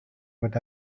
but